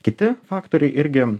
kiti faktoriai irgi